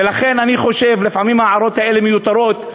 ולכן אני חושב שלפעמים ההערות האלה מיותרות,